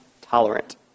tolerant